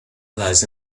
lies